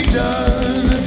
done